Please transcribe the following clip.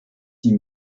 die